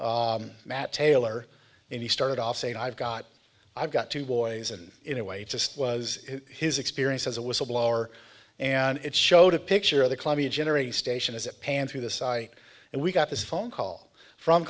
whistleblower matt taylor and he started off saying i've got i've got two boys and in a way just was his experience as a whistleblower and it showed a picture of the columbia generally station as it panned through the site and we got this phone call from